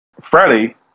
Freddie